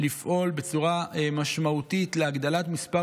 לפעול בצורה משמעותית להגדלת מספר